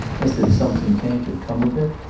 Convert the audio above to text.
as that something can't but come of it?